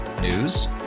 News